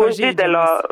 už didelio